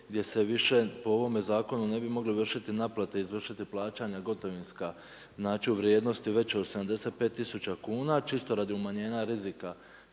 gdje se više po ovome zakonu ne bi mogle vršiti naplate, izvršiti plaćanja gotovinska znači, u vrijednosti većoj od 75 tisuća kuna, čisto radi umanjenja rizika